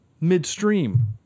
midstream